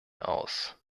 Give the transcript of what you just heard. aus